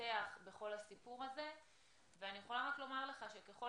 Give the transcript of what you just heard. מפתח בכל הסיפור הזה ואני יכולה רק לומר לך שככל